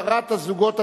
הפקרת הזוגות הצעירים,